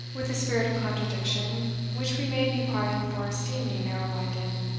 with a spirit of contradiction, which we may be pardoned for esteeming narrow-minded,